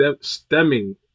stemming